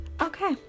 Okay